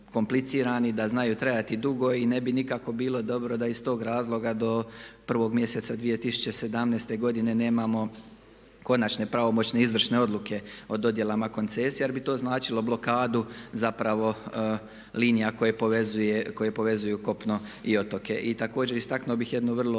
da znaju trajati dugo i ne bi nikako bilo dobro da iz tog razloga do 1. mjeseca 2017. godine nemamo konačne pravomoćne izvršne odluke o dodjelama koncesija jer bi to značilo blokadu zapravo linija koje povezuju kopno i otoke. I također istaknuo bih jednu vrlo